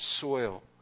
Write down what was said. soil